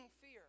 fear